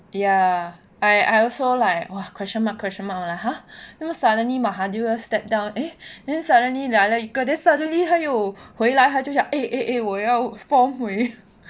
ya I I also like !wah! question mark question mark lah !huh! 那么 suddenly mahathir 要 step down eh then suddenly then suddenly 他又回来他就要 eh eh eh 我要 form 回